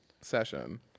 session